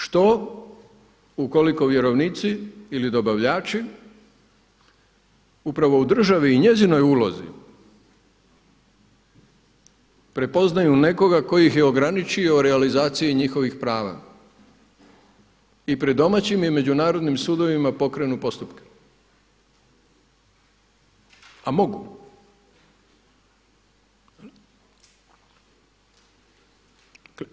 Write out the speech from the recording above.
Što ukoliko vjerovnici ili dobavljači upravo u državi i njezinoj ulozi prepoznaju nekoga tko ih je ograničio u realizaciji njihovih prava i pred domaćim i međunarodnim sudovima pokrenu postupke, a mogu.